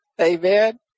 Amen